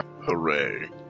hooray